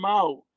out